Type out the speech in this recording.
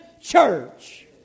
church